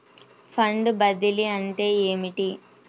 Fund బదిలీ అంటే ఏమిటి?